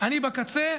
ואני בקצה.